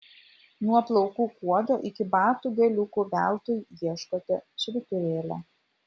nuo plaukų kuodo iki batų galiukų veltui ieškote švyturėlio